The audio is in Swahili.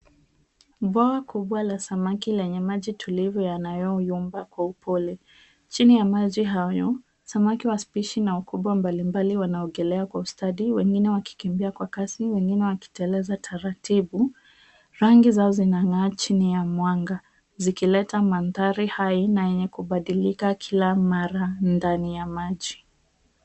Bwawa kubwa la samaki lenye maji tulivu yanayoyumba kwa upole. Chini ya maji hayo, samaki wa spishi na ukubwa mbalimbali wanaogelea kwa ustadi, wengine wakikimbia kwa kasi, wengine wakiteleza taratibu. Rangi zao zinang'aa chini ya mwanga, zikileta mandhari hai na yenye kubadilika kila mara ndani ya maji.